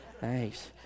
thanks